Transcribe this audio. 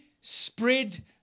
spread